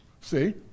See